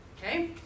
Okay